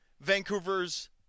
Vancouver's